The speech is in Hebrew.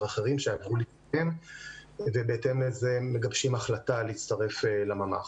אחרים שעברו לפניהם ובהתאם לזה מגבשים החלטה להצטרף לממ"ח.